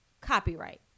copyright